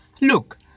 Look